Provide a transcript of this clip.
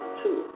two